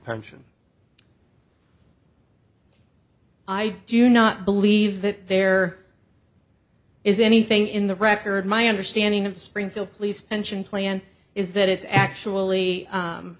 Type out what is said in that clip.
pension i do not believe that there is anything in the record my understanding of springfield police engine plan is that it's actually